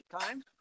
time